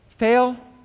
fail